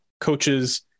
coaches